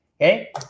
Okay